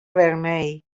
vermell